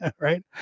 Right